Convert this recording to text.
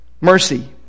Mercy